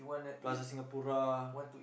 Plaza-Singapura